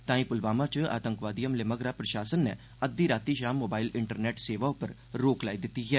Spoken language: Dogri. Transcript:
तांई पुलवामा च आतंकवादी हमले मगरा प्रशासन नै अद्दी रातीं शा मोबाईल इंटरनैट सेवा उप्पर रोक लाई दिती ऐ